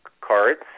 Cards